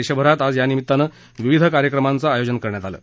देशभरात आज यानिमित्तानं विविध कार्यक्रमाचं आयोजन करण्यात आलं आहे